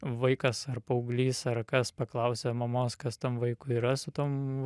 vaikas ar paauglys ar kas paklausia mamos kas tam vaikui yra su tom